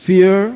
Fear